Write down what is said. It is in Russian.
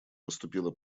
поступила